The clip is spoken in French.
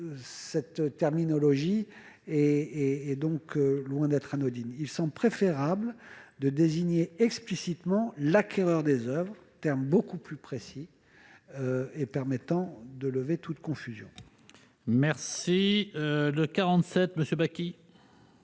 cette terminologie est donc loin d'être anodine. Il semble préférable de désigner explicitement « l'acquéreur des oeuvres », terme bien plus précis qui permet de lever toute confusion. L'amendement n° 47,